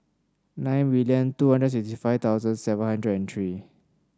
nine million two hundred and sixty five thousand seven hundred and three